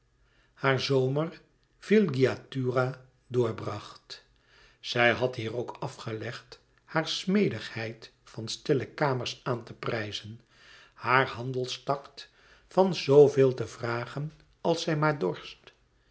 haar zomervilligiatura doorbracht zij had hier ook afgelegd hare smedigheid van kille kamers aan te prijzen haar handelstact van zooveel te vragen als zij maar dorst